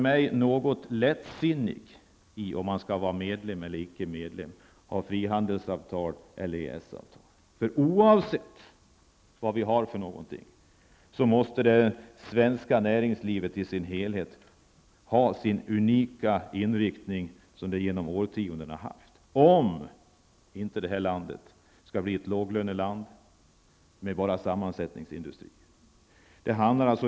Debatten om man skall vara medlem eller icke medlem, ha frihandelsavtal eller i EES-avtal förefaller mig vara något lättsinnig. Oavsett hur vi gör måste det svenska näringslivet i sin helhet ha den unika inriktning som det har haft genom årtioendena, om inte detta land skall bli ett låglöneland med enbart en sammansättningsindustri.